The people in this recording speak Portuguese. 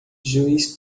juiz